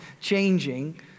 changing